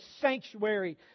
sanctuary